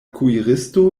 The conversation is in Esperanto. kuiristo